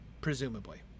presumably